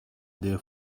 there